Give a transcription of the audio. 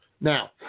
Now